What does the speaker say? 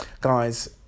Guys